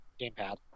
Gamepad